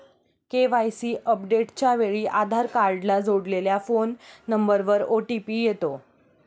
KYC अपडेटच्या वेळी आधार कार्डला जोडलेल्या फोन नंबरवर ओ.टी.पी येतो